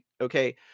okay